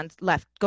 left